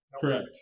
Correct